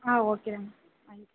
ஆ okay தானே thank you